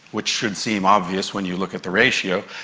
which should seem obvious when you look at the ratio.